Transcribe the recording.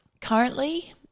Currently